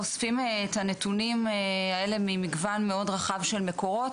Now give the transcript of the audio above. אוספים את הנתונים האלה ממגוון מאוד רחב של מקורות,